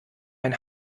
mein